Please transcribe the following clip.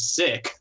sick